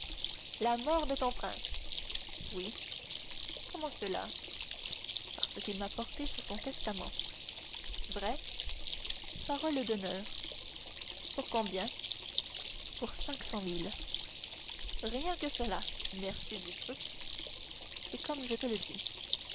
la mort de ton prince oui comment cela parce qu'il m'a porté sur son testament vrai parole d'honneur pour combien pour cinq cent mille rien que cela merci du peu c'est comme je te le dis